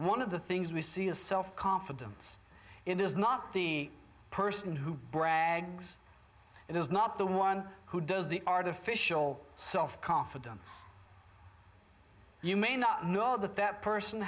one of the things we see a self confidence it is not the person who brags it is not the one who does the artificial self confidence you may not know that that person